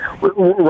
Right